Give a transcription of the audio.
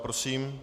Prosím.